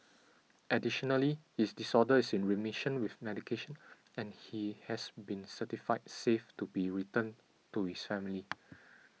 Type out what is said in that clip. additionally his disorder is in remission with medication and he has been certified safe to be returned to his family